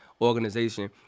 organization